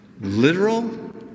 literal